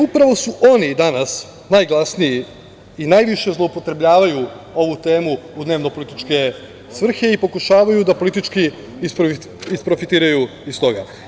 Upravo su oni danas najglasniji i najviše zloupotrebljavaju ovu temu u dnevnopolitičke svrhe i pokušavaju da politički isprofitiraju iz toga.